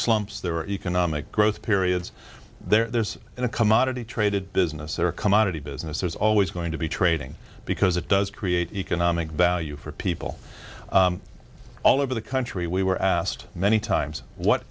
slumps there are economic growth periods there's a commodity traded business or commodity business there's always going to be trading because it does create economic value for people all over the country we were asked many times what